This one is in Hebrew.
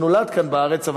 שנולד בארץ,